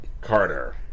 Carter